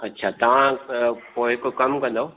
अच्छा तव्हां पो पोइ हिकु कमु कंदव